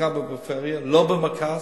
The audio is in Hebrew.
בעיקר בפריפריה, לא במרכז,